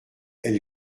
elle